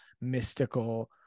mystical